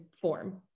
form